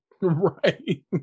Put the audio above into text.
right